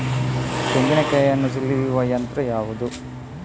ತೆಂಗಿನಕಾಯಿಯನ್ನು ಸುಲಿಯುವ ಯಂತ್ರ ಯಾವುದು?